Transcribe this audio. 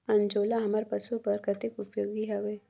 अंजोला हमर पशु बर कतेक उपयोगी हवे?